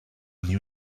new